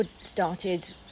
started